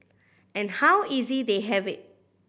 and how easy they have it